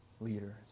leaders